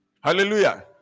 hallelujah